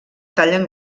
tallen